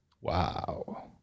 Wow